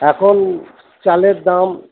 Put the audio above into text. এখন চালের দাম